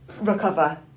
recover